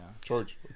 George